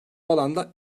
alanda